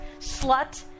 slut